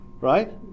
Right